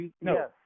No